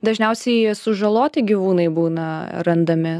dažniausiai sužaloti gyvūnai būna randami